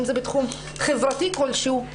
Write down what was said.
אם זה בתחום חברתי כל שהוא,